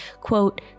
quote